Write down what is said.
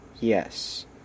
yes